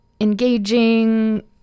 engaging